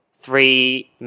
three